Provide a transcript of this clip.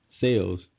sales